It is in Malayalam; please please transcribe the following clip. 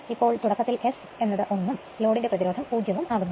ഇപ്പോൾ തുടക്കത്തിൽ S 1 ഉം ലോഡിൻറെ പ്രതിരോധം 0 ഉം ആവുന്നു